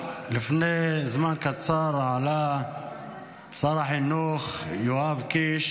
לפני זמן קצר עלה שר החינוך יואב קיש